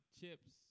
chips